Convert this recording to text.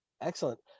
Excellent